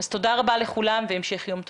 אז תודה רבה לכולם והמשך יום טוב.